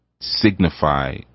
Signify